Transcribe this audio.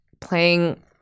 playing